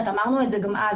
אמרנו את זה גם אז.